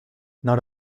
not